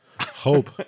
hope